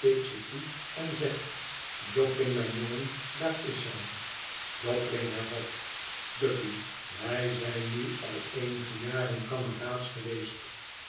en zegt jobling mijn jongen daar is zij jobling hervat guppy wij zijn nu al eenige jaren kameraads geweest